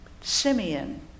Simeon